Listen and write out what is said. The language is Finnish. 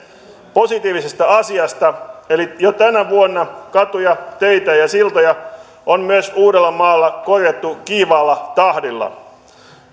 positiivisesta asiasta eli jo tänä vuonna katuja teitä ja siltoja on myös uudellamaalla korjattu kiivaalla tahdilla